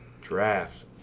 Draft